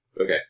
Okay